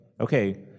Okay